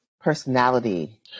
personality